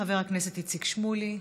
חבר הכנסת איציק שמולי.